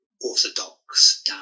orthodox